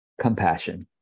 compassion